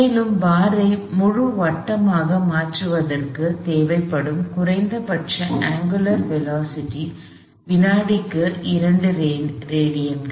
மேலும் பார் ஐ முழு வட்டமாக மாற்றுவதற்குத் தேவைப்படும் குறைந்தபட்ச அங்குலர் திசைவேகம் வினாடிக்கு 2 ரேடியன்கள்